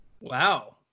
Wow